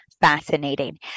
fascinating